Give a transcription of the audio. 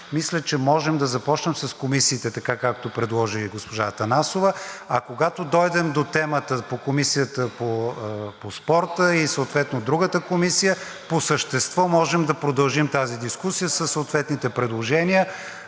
мисля, че можем да започнем с комисиите така, както предложи госпожа Атанасова. А когато дойдем до темата за Комисията по спорта и съответно другата комисия, по същество можем да продължим тази дискусия със съответните предложения.